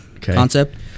concept